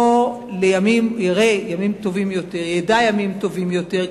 ידע ימים טובים יותר,